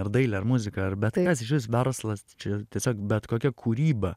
ar dailę ar muziką ar bet kas išvis verslas čia tiesiog bet kokia kūryba